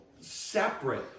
separate